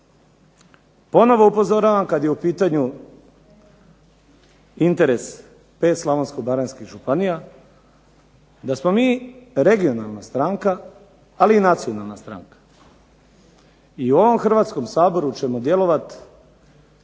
Ponovo upozoravam, kad je u pitanju interes pet slavonsko-baranjskih županija da smo mi regionalna stranka, ali i nacionalna stranka i u ovom Hrvatskom saboru ćemo djelovat,